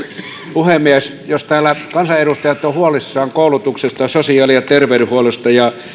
puhemies jos täällä kansanedustajat ovat huolissaan koulutuksesta sosiaali ja terveydenhuollosta ja